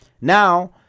Now